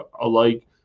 alike